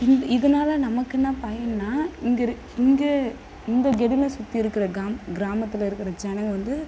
இது இதனால நமக்கு என்ன பயன்னா இங்கே இருக் இங்கே இந்த கெடில சுற்றி இருக்கிற கிராம் கிராமத்தில் இருக்கிற ஜனங்கள் வந்து